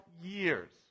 years